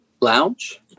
Lounge